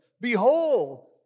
Behold